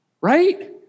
Right